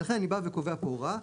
ולכן אני בא וקובע פה הוראה,